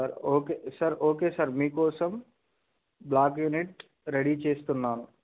sir okay sir okay sir మీకోసం block unit ready చేస్తున్నాను